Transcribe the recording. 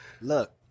Look